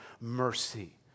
mercy